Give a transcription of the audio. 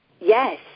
Yes